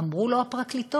אמרו לו הפרקליטות: